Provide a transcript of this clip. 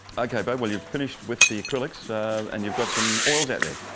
okay bud, well you've finished with the acrylics and you've got some oils out there.